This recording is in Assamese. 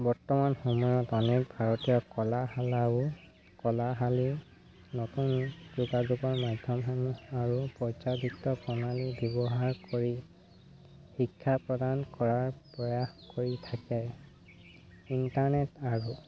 বৰ্তমান সময়ত অনেক ভাৰতীয় কলাশালাও কলাশালী নতুনো যোগাযোগৰ মাধ্যমসমূহ আৰু পৰ্যাপিত্ত প্ৰণালী ব্যৱহাৰ কৰি শিক্ষা প্ৰদান কৰাৰ প্ৰয়াস কৰি থাকে ইণ্টাৰনেট আৰু